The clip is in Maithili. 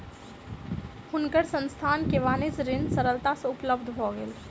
हुनकर संस्थान के वाणिज्य ऋण सरलता सँ उपलब्ध भ गेल